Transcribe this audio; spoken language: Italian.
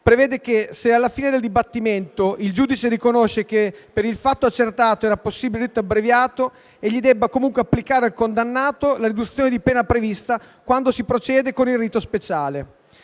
prevede che se alla fine del dibattimento il giudice riconosce che per il fatto accertato era possibile il rito abbreviato, egli debba comunque applicare al condannato la riduzione di pena prevista quando si procede con il rito speciale.